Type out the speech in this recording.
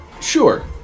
Sure